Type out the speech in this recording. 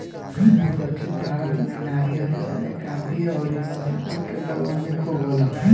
दक्षिण भारत में नारियल, चाय, काफी अउरी मसाला के बागवानी खूब होला